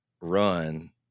run